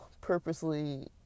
purposely